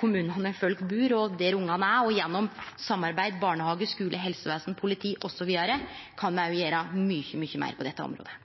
kommunane folk bur og ungane er, og gjennom samarbeid mellom barnehage, skule, helsevesen, politi osv. kan ein gjere mykje meir på dette området.